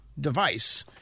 device